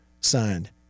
Signed